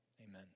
Amen